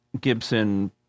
Gibson